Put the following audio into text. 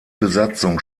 besatzung